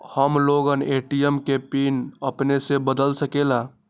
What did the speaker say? हम लोगन ए.टी.एम के पिन अपने से बदल सकेला?